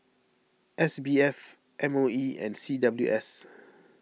S B F M O E and C W S